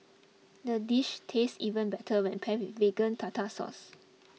the dish tastes even better when paired with Vegan Tartar Sauce